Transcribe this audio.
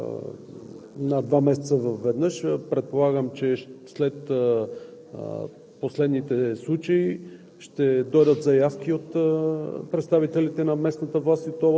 Отново казвам: събираме се почти веднъж на два месеца. Предполагам, че след последните случаи